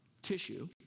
tissue